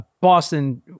Boston